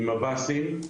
עם מב"סים,